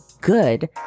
good